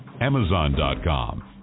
Amazon.com